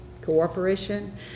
cooperation